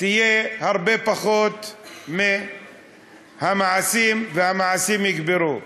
תהיה הרבה פחות מהמעשים, והמעשים יגברו.